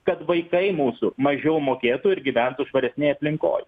kad vaikai mūsų mažiau mokėtų ir gyventų švaresnėj aplinkoj